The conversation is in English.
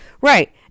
Right